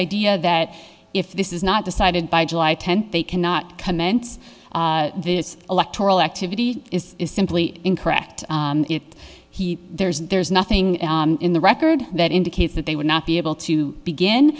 idea that if this is not decided by july tenth they cannot comment this electoral activity is simply incorrect it he theirs and there's nothing in the record that indicates that they would not be able to begin